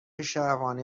شهوانی